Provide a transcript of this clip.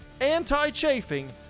anti-chafing